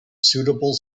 suitable